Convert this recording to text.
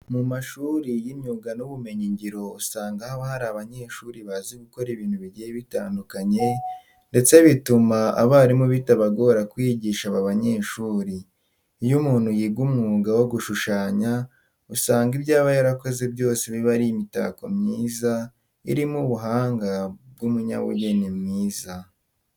Mu mashuri y'imyuga n'ubumenyingiro usanga haba hari abanyeshuri bazi gukora ibintu bigiye bitandukanye ndetse bituma abarimu bitabagora kwigisha aba banyeshuri. Iyo umuntu yiga umwuga wo gushushanya usanga ibyo aba yarakoze byose biba ari imitako myiza irimo ubuhanga bw'umunyabugeni mwiza.